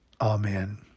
Amen